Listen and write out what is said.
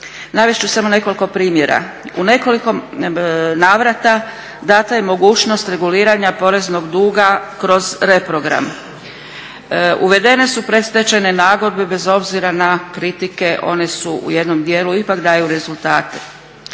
Navest ću samo nekoliko primjera. U nekoliko navrata dana je mogućnost reguliranja poreznog duga kroz reprogram. Uvedene su predstečajne nagodbe, bez obzira na kritike, one su u jednom dijelu ipak daju rezultate.